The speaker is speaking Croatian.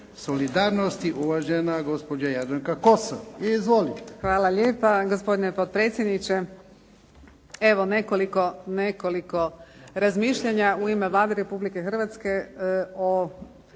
solidarnosti uvažena gospođa Jadranka Kosor. Izvolite.